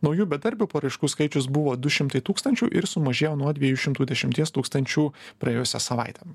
naujų bedarbių paraiškų skaičius buvo du šimtai tūkstančių ir sumažėjo nuo dviejų šimtų dešimties tūkstančių praėjusią savaitę